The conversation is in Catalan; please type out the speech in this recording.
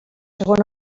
segona